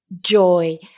joy